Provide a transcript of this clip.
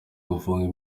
gufungwa